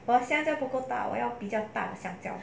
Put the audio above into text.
我现在 punggol park 我要比较大的香蕉